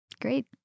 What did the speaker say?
Great